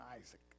isaac